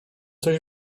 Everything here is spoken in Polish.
coś